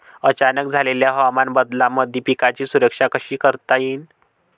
अचानक झालेल्या हवामान बदलामंदी पिकाची सुरक्षा कशी करता येईन?